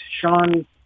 Sean